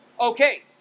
Okay